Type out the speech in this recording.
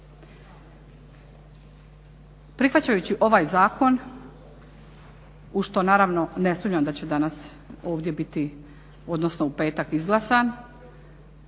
Prihvaćajući ovaj Zakon u što naravno ne sumnjam da će danas ovdje biti, odnosno u petak izglasan,